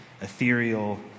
ethereal